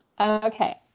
Okay